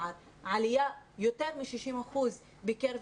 האם הקושי שלו הוא יותר באזורים הרגשיים נפשיים או